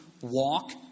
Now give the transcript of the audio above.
walk